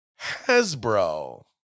Hasbro